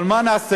אבל מה נעשה?